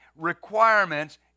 requirements